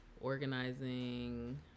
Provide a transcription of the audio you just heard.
organizing